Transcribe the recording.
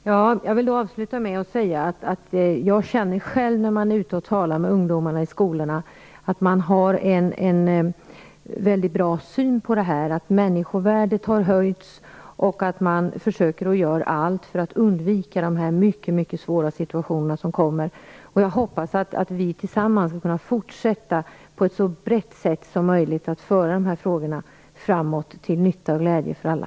Herr talman! Jag vill avslutningsvis säga att jag själv när jag är ute och talar med ungdomar i skolorna känner att man har en mycket bra syn på dessa frågor. Uppfattningen om människovärdet har förbättrats, och man försöker göra allt för att undvika de mycket svåra situationer som uppstår. Jag hoppas att vi tillsammans skall kunna fortsätta med att på ett så brett sätt som möjligt föra dessa frågor framåt, till nytta och glädje för alla.